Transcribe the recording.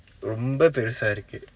ரொம்ப பெருசா இருக்கு:romba perusa irukku